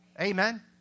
Amen